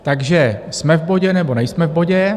Takže jsme v bodě, nebo nejsme v bodě?